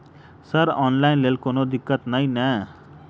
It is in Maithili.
सर ऑनलाइन लैल कोनो दिक्कत न ई नै?